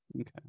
Okay